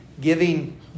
giving